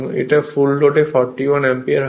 এটা ফুল লোডে 41 অ্যাম্পিয়ার হয়